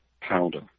powder